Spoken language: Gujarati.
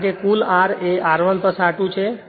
કારણ કે કુલ R એ R1 R2 છે